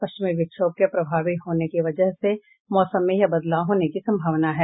पश्चिमी विक्षोभ के प्रभावी होने की वजह से मौसम में यह बदलाव होने की संभावना है